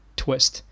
twist